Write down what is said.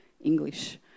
English